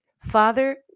Father